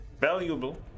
Valuable